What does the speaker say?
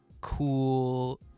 Cool